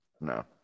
no